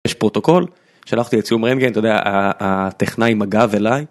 יש פרוטוקול שלחתי לצילום רנטגן אתה יודע הטכנאי עם הגב אליי.